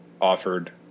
offered